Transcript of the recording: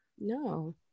no